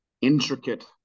intricate